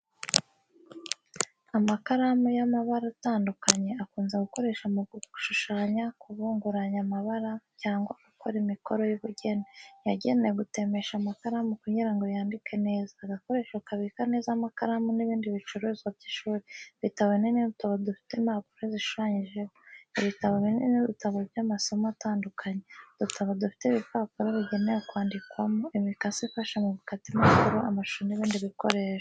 Amakaramu y’amabara atandukanye, akunze gukoreshwa mu gushushanya, kubanguranya amabara, cyangwa gukora imikoro y’ubugeni. Yagenewe gutemesha amakaramu kugira ngo yandike neza. Agakoresho kabika neza amakaramu n’ibindi bicuruzwa by’ishuri. Ibitabo binini n’udutabo dufite impapuro zishushanyije. Ibitabo binini ni ibitabo by’amasomo atandukanye. Udutabo dufite ibipapuro bigenewe kwandikwamo. Imikasi ifasha mu gukata impapuro, amashusho, n’ibindi bikoresho.